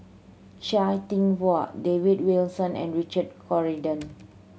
Chia Thye Poh David Wilson and Richard Corridon